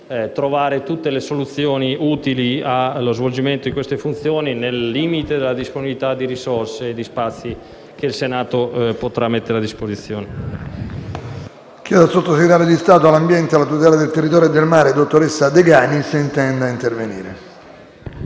trovare tutte le soluzioni utili allo svolgimento di queste funzioni nel limite delle disponibilità di risorse e di spazi del Senato. PRESIDENTE. Ha facoltà